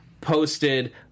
posted